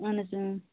اَہَن حظ اۭں